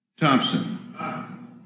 Thompson